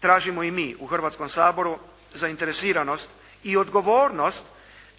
tražimo i mi u Hrvatskom saboru zainteresiranost i odgovornost